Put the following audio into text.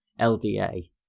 LDA